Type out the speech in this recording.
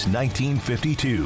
1952